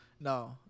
No